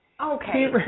Okay